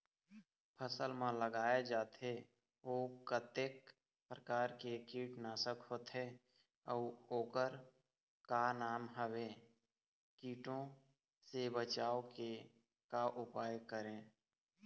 फसल म लगाए जाथे ओ कतेक प्रकार के कीट नासक होथे अउ ओकर का नाम हवे? कीटों से बचाव के का उपाय करें?